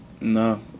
No